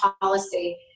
policy